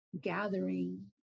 gathering